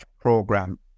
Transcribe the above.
program